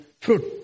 fruit